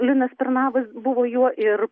linas pernavas buvo juo ir